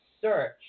search